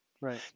Right